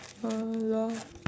oh ya lor